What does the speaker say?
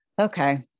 okay